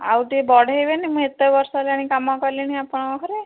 ଆଉ ଟିକେ ବଢ଼ାଇବେନି ମୁଁ ଏତେ ବର୍ଷ ହେଲାଣି କାମ କଲିଣି ଆପଣଙ୍କ ଘରେ